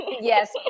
yes